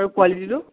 আৰু কোৱালিটিটো